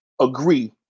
Agree